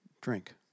drink